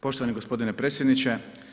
Poštovani gospodine predsjedniče.